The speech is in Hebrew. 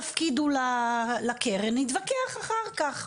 תפקידו לקרן ונתווכח אחר כך.